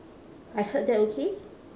I heard that okay